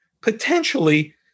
potentially